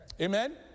Amen